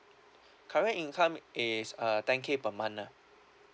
current income is uh ten K per month ah